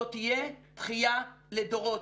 זאת תהיה בכיה לדורות.